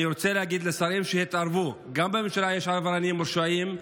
אני רוצה להגיד לשרים שהתערבו: גם בממשלה יש עבריינים מורשעים.